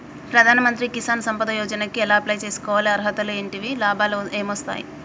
ప్రధాన మంత్రి కిసాన్ సంపద యోజన కి ఎలా అప్లయ్ చేసుకోవాలి? అర్హతలు ఏంటివి? లాభాలు ఏమొస్తాయి?